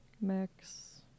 Max